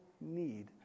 need